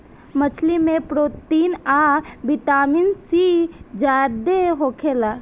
मछली में प्रोटीन आ विटामिन सी ज्यादे होखेला